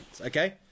okay